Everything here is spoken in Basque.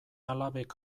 alabek